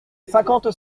cinquante